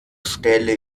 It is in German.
stelle